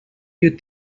you